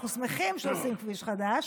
אנחנו שמחים שעושים כביש חדש,